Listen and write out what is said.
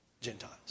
Gentiles